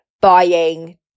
buying